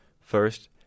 First